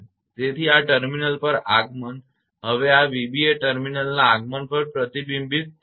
તેથી આ ટર્મિનલ પર આગમન હવે આ 𝑣𝑏 એ ટર્મિનલના આગમન પર પ્રતિબિંબિત થશે